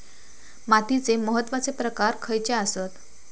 मातीचे महत्वाचे प्रकार खयचे आसत?